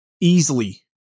easily